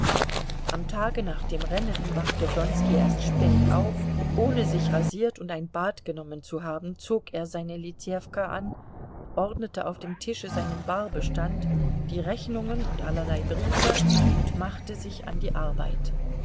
am tage nach dem rennen wachte wronski erst spät auf ohne sich rasiert und ein bad genommen zu haben zog er seine litewka an ordnete auf dem tische seinen barbestand die rechnungen und allerlei briefe und machte sich an die arbeit